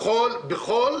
כדי לקדם.